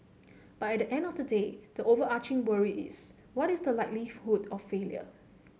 but at the end of the day the overarching worry is what is the likelihood of failure